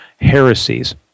heresies